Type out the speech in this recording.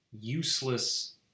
useless